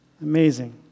Amazing